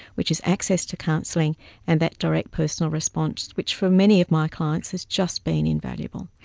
which is access to counselling and that direct personal response which for many of my clients has just been invaluable.